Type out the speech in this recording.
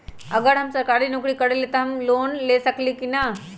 अगर हम सरकारी नौकरी करईले त हम लोन ले सकेली की न?